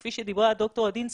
כפי שאמרה דוקטור רדינסקי,